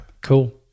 Cool